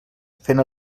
fent